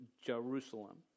Jerusalem